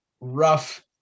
rough